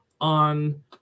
on